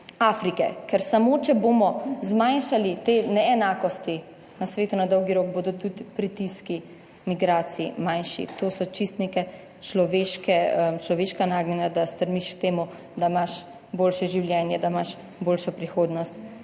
Afrike, ker samo, če bomo zmanjšali te neenakosti na svetu na dolgi rok bodo tudi pritiski migracij manjši. To so čisto neka človeška nagnjenja, da stremiš k temu, da imaš boljše življenje, da imaš boljšo prihodnost.